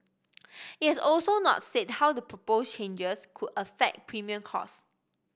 it has also not said how the proposed changes could affect premium costs